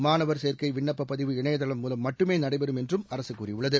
மாணவர் சேர்க்கை விண்ணப்ப பதிவு இணையதளம் மூலம் மட்டுமே நடைபெறும் என்றும் அரசு கூறியுள்ளது